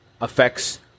affects